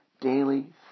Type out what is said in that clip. daily